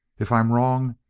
if i'm wrong,